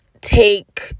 take